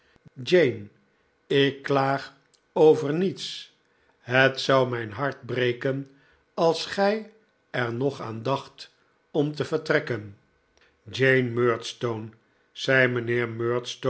jane ik klaag over niets het zou mijn hart breken als gij er nog aan dacht om te vertrekken jane murdstone zei